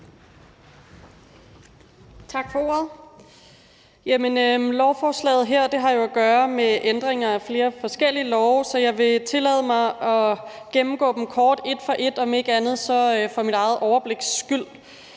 Tak for ordet. Lovforslaget her har jo at gøre med ændringer af flere forskellige love, så jeg vil tillade mig at gennemgå dem kort et for et, om ikke andet så for mit eget overbliks skyld.